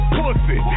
pussy